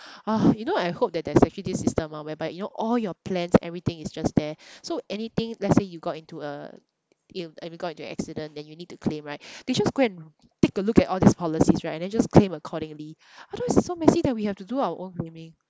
ah you know I hope that there's actually this system ah whereby you know all your plans everything is just there so anything let's say you got into a ill~ and you got into accident than you need to claim right they just go and take a look at all these policies right and then just claim accordingly otherwise it's so messy that we have to do our own grooming